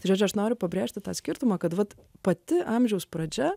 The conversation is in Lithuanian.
triedžia aš noriu pabrėžti tą skirtumą kad pati amžiaus pradžia